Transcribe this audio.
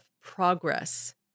progress